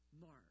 mark